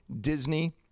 Disney